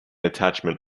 attachment